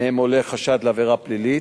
שמהם עולה חשד לעבירה פלילית,